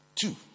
Two